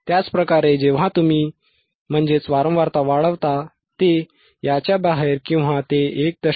त्याचप्रकारे जेव्हा तुम्ही ते वारंवारता वाढवता ते याच्या बाहेर किंवा ते 1